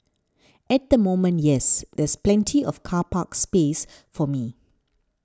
at the moment yes there's plenty of car park space for me